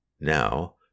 Now